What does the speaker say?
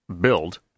build